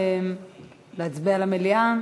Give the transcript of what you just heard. להצביע למליאה?